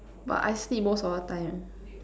but I sleep most of the time